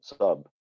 sub